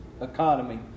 economy